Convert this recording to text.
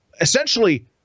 essentially